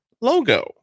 logo